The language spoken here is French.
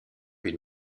une